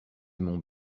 aimons